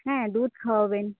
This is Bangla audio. হ্যাঁ দুধ খাওয়াবেন